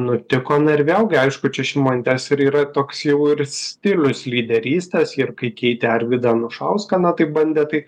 nutiko na ir vėlgi aišku čia šimonytės ir yra toks jau ir stilius lyderystės ji ir kai keitė arvydą anušauską na taip bandė tai